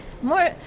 more